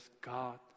God